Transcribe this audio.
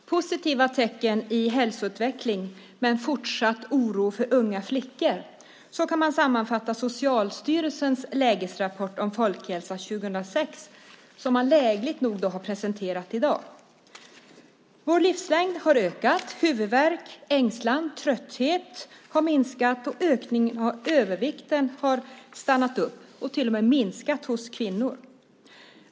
Fru talman! Positiva tecken i hälsoutveckling men fortsatt oro för unga flickor. Så kan man sammanfatta Socialstyrelsens lägesrapport om folkhälsa 2006 som man lägligt nog har presenterat i dag. Vår livslängd har ökat. Huvudvärk, ängslan och trötthet har minskat. Ökningen av övervikt har stannat upp och till och med minskat hos kvinnor.